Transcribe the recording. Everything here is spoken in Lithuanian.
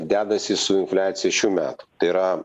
dedasi su infliacija šių metų tai yra